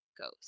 goes